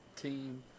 team